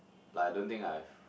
like I don't think I have